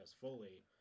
fully